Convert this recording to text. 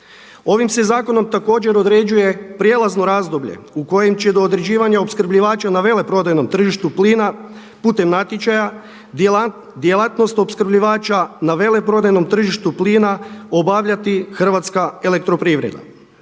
Ovim se zakonom također određuje prijelazno razdoblje u kojem će do određivanja opskrbljivača na veleprodajnom tržištu plina putem natječaja djelatnost opskrbljivača na veleprodajnom tržištu plina obavljati Hrvatska elektroprivreda.